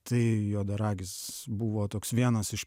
tai juodaragis buvo toks vienas iš